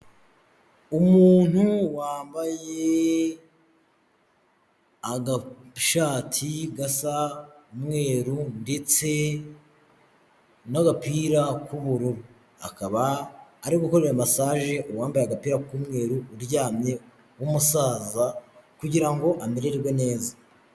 Umuntu wambaye agashati gasa umweru ndetse n'gapira k'ubururu, akaba ari gukorera masaje wambaye agapira k'umweru, aryamye w'umusaza kugira ngo amererwe neza.